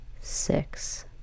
Six